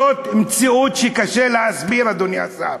זאת מציאות שקשה להסביר, אדוני השר.